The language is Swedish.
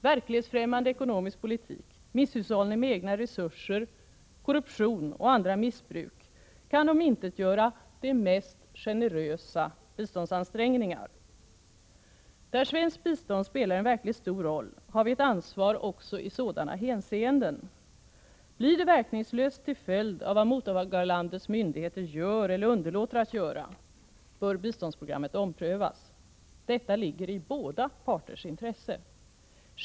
Verklighetsfrämmande ekonomisk politik, misshushållning med egna resurser, korruption och andra missbruk kan omintetgöra de mest generösa biståndsansträngningar. Där svenskt bistånd spelar en verkligt stor roll, har vi ett ansvar också i sådana hänseenden. Blir det verkningslöst till följd av vad mottagarlandets myndigheter gör eller underlåter att göra, bör biståndsprogrammet omprövas. Detta ligger i båda parters intresse.